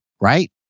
Right